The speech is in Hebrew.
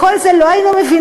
כל זה לא היו מבינים.